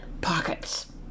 pockets